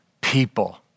people